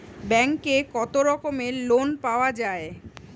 ব্যাঙ্কে কত রকমের লোন পাওয়া য়ায়?